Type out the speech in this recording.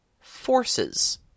forces